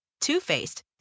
Two-Faced